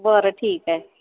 बरं ठीक आहे